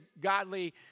godly